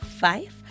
five